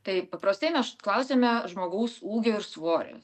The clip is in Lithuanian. tai paprastai meš klausiame žmogaus ūgio ir svorio